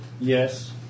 Yes